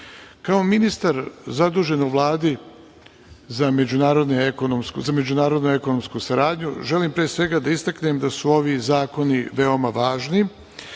ministar zadužen u Vladi za međunarodnu ekonomsku saradnju želim pre svega da istaknem da su ovi zakoni veoma važni.